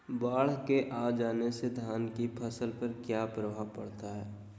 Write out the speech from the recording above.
बाढ़ के आ जाने से धान की फसल पर किया प्रभाव पड़ता है?